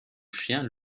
chien